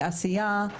לעשייה,